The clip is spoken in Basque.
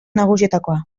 nagusietakoa